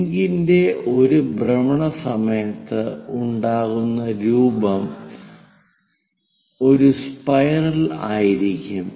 ലിങ്കിന്റെ ഒരു ഭ്രമണ സമയത്ത് ഉണ്ടാകുന്ന രൂപം ഒരു സ്പൈറൽ ആയിരിക്കും